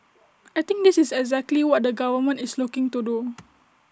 I think this is exactly what the government is looking to do